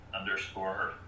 underscore